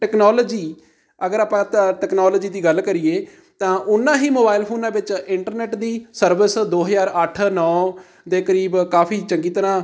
technology ਅਗਰ ਆਪਾਂ technology ਦੀ ਗੱਲ ਕਰੀਏ ਤਾਂ ਉਨ੍ਹਾਂ ਹੀ ਮੋਬਾਇਲ ਫ਼ੋਨਾਂ ਵਿੱਚ ਇੰਟਰਨੈੱਟ ਦੀ ਸਰਵਿਸ ਦੋ ਹਜ਼ਾਰ ਅੱਠ ਨੌ ਦੇ ਕਰੀਬ ਕਾਫ਼ੀ ਚੰਗੀ ਤਰ੍ਹਾਂ